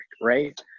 right